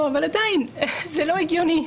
אבל עדיין זה לא הגיוני.